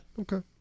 Okay